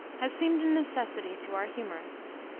has seemed a necessity to our humorists.